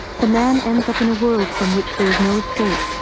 the man ends up in a world from which there is no escape.